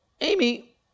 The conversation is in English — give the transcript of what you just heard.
Amy